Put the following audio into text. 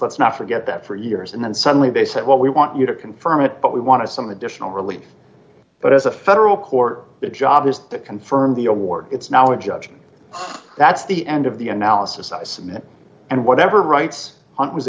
let's not forget that for years and then suddenly they said what we want you to confirm it but we want to some additional relief but as a federal court that job is to confirm the award it's now a judgment that's the end of the analysis i submit and whatever rights aunt was